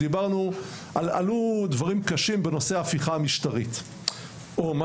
עלו דברים קשים בנושא ההפיכה המשטרית או מה